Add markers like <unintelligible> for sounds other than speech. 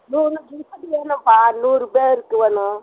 நூறு <unintelligible> வேணும்பா நூறு பேருக்கு வேணும்